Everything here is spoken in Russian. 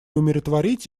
умиротворить